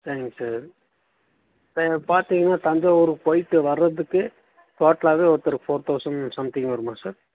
சரிங்க சார் பார்த்திங்கன்னா தஞ்சாவூரு போயிட்டு வர்றதுக்கு டோட்டலாவே ஒருத்தரு ஃபோர் தௌசண்ட் சம்திங் வருமா சார்